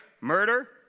Murder